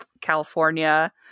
california